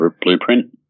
blueprint